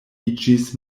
iĝis